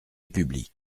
publique